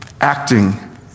acting